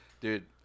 Dude